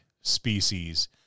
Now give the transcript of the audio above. species